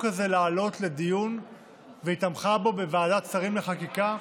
הזה לעלות לדיון והיא תמכה בו בוועדת שרים לחקיקה,